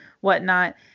whatnot